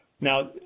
Now